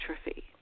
atrophy